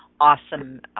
awesome